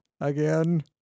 again